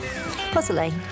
puzzling